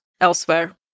elsewhere